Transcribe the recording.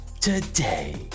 today